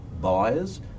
buyers